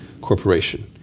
corporation